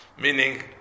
meaning